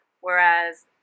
Whereas